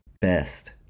Best